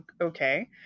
okay